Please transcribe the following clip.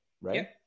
right